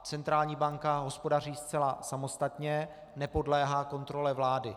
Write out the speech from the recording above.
Centrální banka hospodaří zcela samostatně, nepodléhá kontrole vlády.